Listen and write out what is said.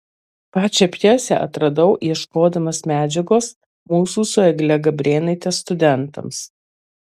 pačią pjesę atradau ieškodamas medžiagos mūsų su egle gabrėnaite studentams